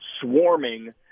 swarming